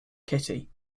kitty